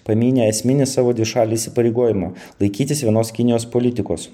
pamynė esminį savo dvišalį įsipareigojimą laikytis vienos kinijos politikos